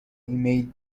ایمیل